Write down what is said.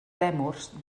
lèmurs